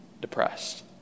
depressed